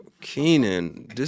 Keenan